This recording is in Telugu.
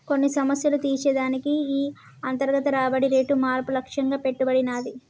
కొన్ని సమస్యలు తీర్చే దానికి ఈ అంతర్గత రాబడి రేటు మార్పు లక్ష్యంగా పెట్టబడినాది